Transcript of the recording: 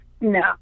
No